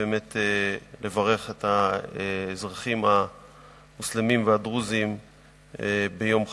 לברך את האזרחים המוסלמים והדרוזים ביום חגם,